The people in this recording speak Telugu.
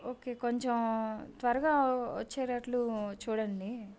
ఓకే కొంచెం త్వరగా వచ్చేటట్లు చూడండి